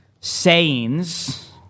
sayings